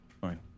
fine